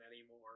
anymore